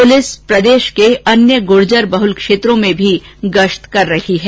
police प्रदेश के अन्य गुर्जर बहुत क्षेत्रों में गश्त भी कर रही है